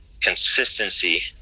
consistency